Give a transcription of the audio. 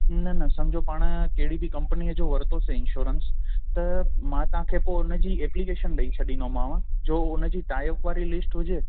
न न सम्झो पाण कहिड़ी बि कंपनीअ जो वरितोसीं इंश्योरेंस त मां तव्हां खे पोइ हुन जी एप्लीकेशन ॾेई छॾींदोमांव जो उन जी टाइअप वारी लिस्ट हुजे